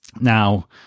now